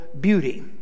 beauty